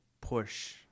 push